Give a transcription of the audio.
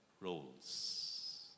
Roles